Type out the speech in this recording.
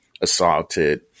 assaulted